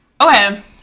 okay